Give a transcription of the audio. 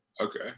Okay